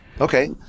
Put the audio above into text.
Okay